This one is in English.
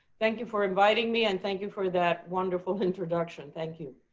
thank you for inviting me and thank you for that wonderful introduction. thank you.